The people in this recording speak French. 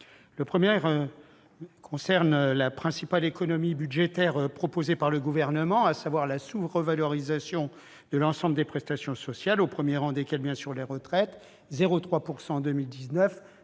Le premier concerne la principale économie budgétaire proposée par le Gouvernement, à savoir la sous-revalorisation de l'ensemble des prestations sociales, au premier rang desquelles les pensions de retraite : elles